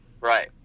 right